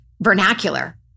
vernacular